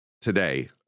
today